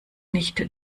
nicht